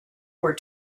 were